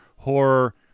horror